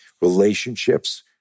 relationships